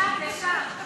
לשם, לשם.